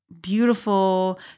beautiful